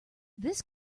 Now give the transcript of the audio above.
this